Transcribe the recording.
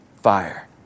fire